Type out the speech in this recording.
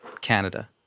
canada